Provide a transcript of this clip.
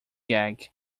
gag